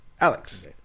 Alex